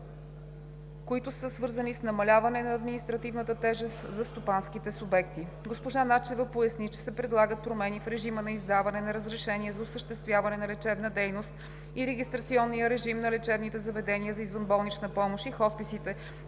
които са свързани с намаляване на административната тежест за стопанските субекти. Госпожа Начева поясни, че се предлагат промени в режима на издаване на разрешение за осъществяване на лечебна дейност и регистрационния режим на лечебните заведения за извънболнична помощ и хосписите,